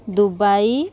Dubai